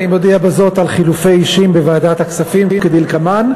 אני מודיע בזאת על חילופי אישים בוועדת הכספים כדלקמן: